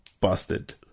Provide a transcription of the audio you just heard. busted